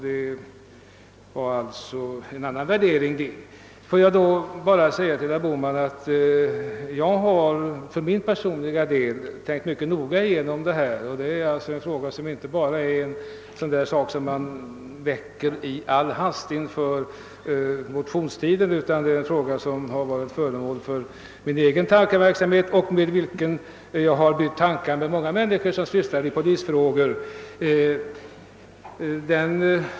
Det var ju en annan värdering det! Får jag bara säga till herr Bohman, att jag mycket noga tänkt igenom denna fråga. Det gäller alltså inte någon motion som i all hast arbetats fram under motionstiden, utan jag har funderat åtskilligt över detta problem, och jag har även utbytt tankar i frågan med många människor som sysslar med polisens arbete.